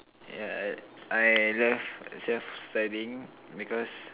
yeah I I love self studying because